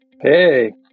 Hey